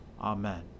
Amen